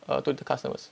err too little customers